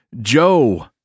Joe